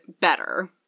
better